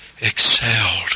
excelled